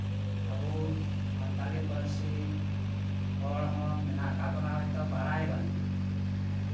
ᱟᱵᱚ ᱥᱟᱱᱛᱟᱲᱤ ᱯᱟᱹᱨᱥᱤ ᱦᱚᱲ ᱦᱚᱸ ᱢᱮᱱᱟᱜ ᱟᱠᱟᱫ ᱵᱚᱱᱟ ᱦᱳᱭᱛᱳ ᱵᱟᱲᱟᱭ ᱵᱟᱱᱩᱜᱼᱟ